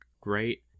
great